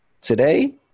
Today